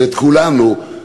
ואת כולנו,